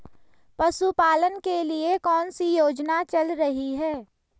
पशुपालन के लिए कौन सी योजना चल रही है?